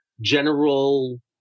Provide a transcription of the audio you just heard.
General